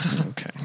Okay